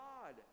God